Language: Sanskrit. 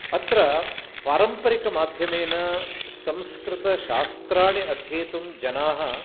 अत्र पारम्परिकमाध्यमेन संस्कृतशास्त्राणि अध्येतुं जनाः